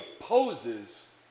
opposes